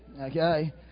Okay